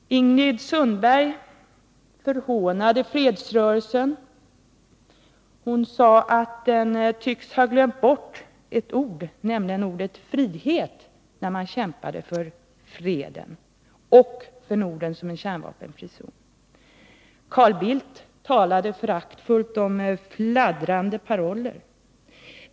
Ingrid Sundberg hånade fredsrörelsen. Hon sade att den tycks ha glömt bort ett ord, ordet frihet, när den kämpar för freden och för Norden som en kärnvapenfri zon. Carl Bildt talade föraktfullt om fladdrande banderoller.